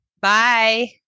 Bye